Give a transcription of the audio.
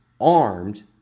armed